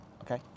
Okay